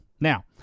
Now